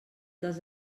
dels